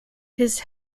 his